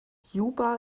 juba